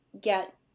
get